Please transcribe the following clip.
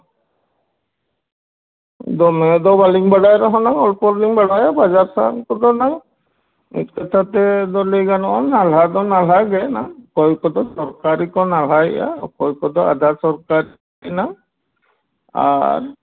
ᱫᱚᱢᱮ ᱫᱚ ᱵᱟᱹᱞᱤᱧ ᱵᱟᱰᱟᱭ ᱨᱮᱦᱚᱸ ᱱᱟᱝ ᱚᱞᱯᱚᱞᱤᱧ ᱵᱟᱰᱟᱭᱟ ᱵᱟᱡᱟᱨ ᱥᱟᱦᱟᱨ ᱠᱚᱨᱮ ᱱᱟᱝ ᱢᱤᱫ ᱠᱟᱛᱷᱟᱛᱮ ᱞᱟᱹᱭ ᱜᱟᱱᱚᱜᱼᱟ ᱱᱟᱞᱦᱟ ᱫᱚ ᱱᱟᱞᱦᱟ ᱜᱮᱱᱟᱝ ᱚᱠᱚᱭ ᱠᱚᱫᱚ ᱥᱚᱨᱠᱟᱨᱤ ᱠᱚ ᱱᱟᱞᱦᱟᱭᱮᱫᱼᱟ ᱚᱠᱚᱭ ᱠᱚᱫᱚ ᱟᱫᱷᱟ ᱥᱚᱨᱠᱟᱨᱤ ᱟᱨ